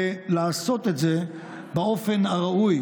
ולעשות את זה באופן הראוי